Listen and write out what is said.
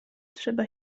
trzeba